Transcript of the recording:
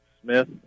Smith